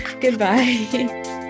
Goodbye